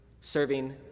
serving